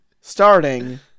starting